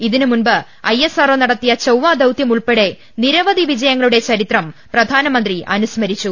ഇതിന് മുൻപ് ഐഎസ്ആർഒ നട ത്തിയ ചൊവ്വ ദ്രൌത്യം ഉൾപ്പെടെ നിരവധി വിജയങ്ങളുടെ ചരിത്രം പ്രധാനമന്ത്രി അ്നുസ്മരിച്ചു